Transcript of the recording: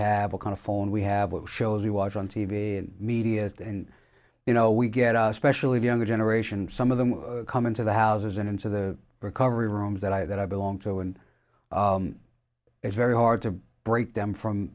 have a kind of phone we have shows we watch on t v in media and you know we get especially the younger generation some of them come into the houses and into the recovery room that i that i belong to and it's very hard to break them from